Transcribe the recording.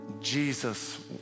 Jesus